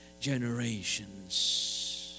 generations